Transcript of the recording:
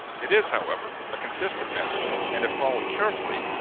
it is however, a consistent method and if followed carefully,